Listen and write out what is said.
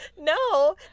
No